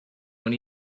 when